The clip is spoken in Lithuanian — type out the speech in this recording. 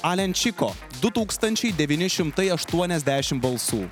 alenčiko du tūkstančiai devyni šimtai ašuoniasdešimt balsų